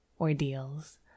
Ordeals